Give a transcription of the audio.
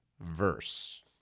verse